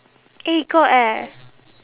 eh got eh